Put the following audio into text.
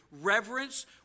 reverence